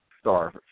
star